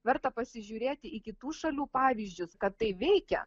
verta pasižiūrėti į kitų šalių pavyzdžius kad tai veikia